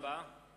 תודה רבה.